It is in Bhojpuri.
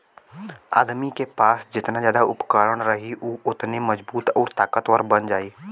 आदमी के पास जेतना जादा उपकरण रही उ ओतने मजबूत आउर ताकतवर बन जाई